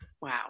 Wow